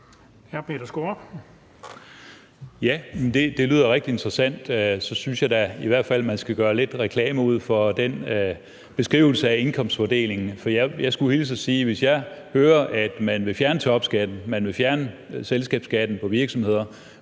Ja, det lyder rigtig interessant. Så synes jeg da i hvert fald, at man skal gøre lidt reklame for den beskrivelse af indkomstfordelingen. For jeg skulle hilse og sige, at hvis jeg hører, at man vil fjerne topskatten, at man vil fjerne selskabsskatten på virksomhederne,